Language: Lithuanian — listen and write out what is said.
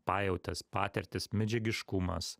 pajautės patirtys medžiagiškumas